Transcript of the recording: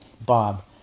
Bob